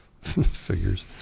Figures